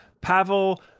Pavel